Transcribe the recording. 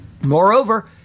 Moreover